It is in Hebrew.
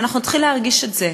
ואנחנו נתחיל להרגיש את זה.